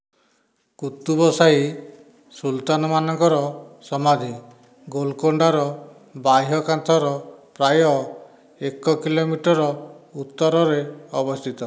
କୁତୁବ ସାହି ସୁଲତାନ ମାନଙ୍କର ସମାଧି ଗୋଲକୋଣ୍ଡାର ବାହ୍ୟ କାନ୍ଥର ପ୍ରାୟ ଏକ କିଲୋମିଟର ଉତ୍ତରରେ ଅବସ୍ଥିତ